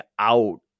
out